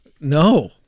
No